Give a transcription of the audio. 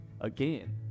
Again